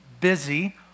busy